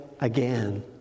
again